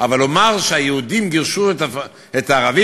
אבל לומר שהיהודים גירשו את הערבים,